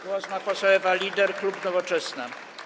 Głos ma poseł Ewa Lieder, klub Nowoczesna.